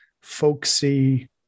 folksy